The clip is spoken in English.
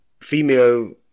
female –